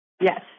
Yes